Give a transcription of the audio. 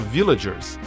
Villagers